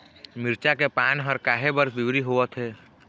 मिरचा के पान हर काहे बर पिवरी होवथे?